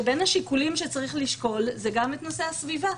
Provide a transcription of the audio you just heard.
שבין השיקולים שצריך לשקול זה גם נושא הסביבה.